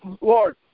Lord